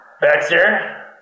Baxter